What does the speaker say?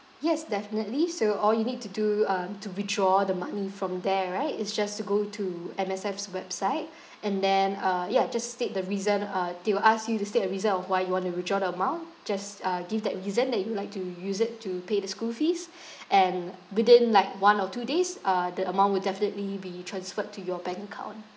yes definitely so all you need to do um to withdraw the money from there right is just to go to M_S_F's website and then uh ya just state the reason uh they will ask you to state the reason of why you want to withdraw the amount just uh give that reason that you would like to use it to pay the school fees and within like one or two days uh the amount would definitely be transferred to your bank account